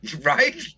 right